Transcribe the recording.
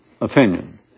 opinion